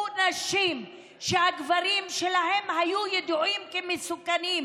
נשים שהגברים שלהן היו ידועים כמסוכנים,